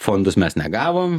fondus mes negavom